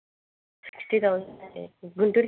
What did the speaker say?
sixty thousand అండి గుంటూరుకి sixty అండి